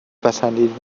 پسندین